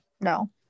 No